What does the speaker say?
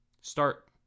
start